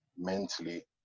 mentally